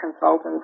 consultants